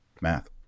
Math